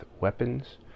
weapons